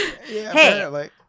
Hey